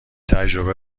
تجربه